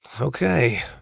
Okay